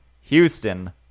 Houston